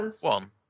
One